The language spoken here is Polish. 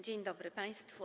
Dzień dobry państwu.